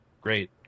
great